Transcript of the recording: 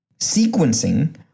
sequencing